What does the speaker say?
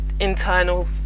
internal